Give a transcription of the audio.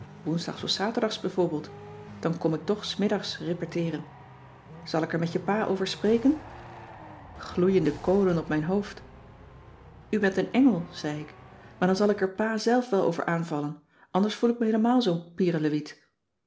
woensdags of zaterdags bijvoorbeeld dan kom ik toch s middags repeteeren zal ik er met je pa over spreken gloeiende kolen op mijn hoofd u bent een engel zei ik maar dan zal ik er pa zelf wel over aanvallen anders voel ik me heelemaal zoo'n